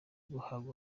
umuhango